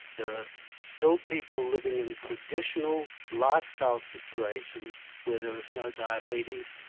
there are still people living in traditional lifestyle situations where there is no diabetes.